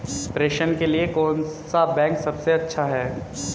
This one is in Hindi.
प्रेषण के लिए कौन सा बैंक सबसे अच्छा है?